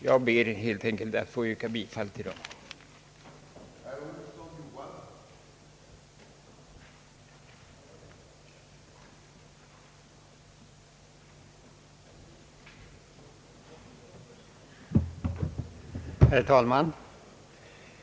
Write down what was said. Jag ber helt enkelt att få yrka bifall till dessa reservationer.